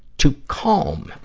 to calm.